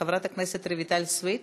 חברת הכנסת רויטל סויד,